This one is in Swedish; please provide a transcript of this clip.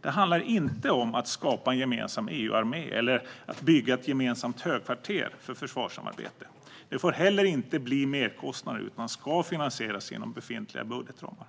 Det handlar inte om att skapa en gemensam EU-armé eller bygga ett gemensamt högkvarter för försvarssamarbete. Det får heller inte bli merkostnader utan ska finansieras inom befintliga budgetramar.